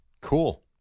Cool